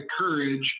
courage